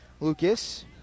Lucas